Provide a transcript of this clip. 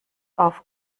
auf